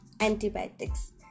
antibiotics